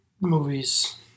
movies